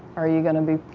are you going to be,